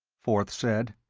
forth said,